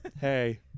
Hey